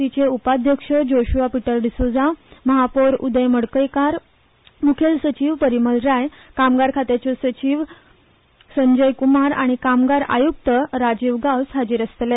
सीचे उपाध्यक्ष Joshua Peter D'Souza महापौर उदय मडकयकार मुखेल सचिव परीमल राय कामगार खात्याचे सचिव संजय कुमार आनी कामगार आयुक्त राजू गांवस हाजिर आसतले